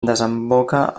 desemboca